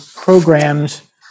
programs